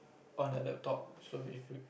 on a laptop so if you